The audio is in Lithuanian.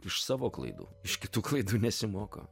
iš savo klaidų iš kitų klaidų nesimoko